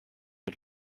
mit